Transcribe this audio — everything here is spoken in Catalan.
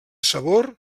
sabor